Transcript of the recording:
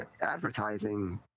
advertising